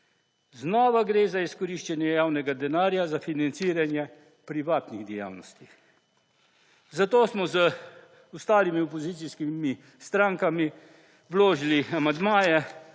Znova gre za izkoriščanje javnega denarja za financiranje privatnih dejavnosti. Zato smo z ostalimi opozicijskimi strankami vložili amandmaje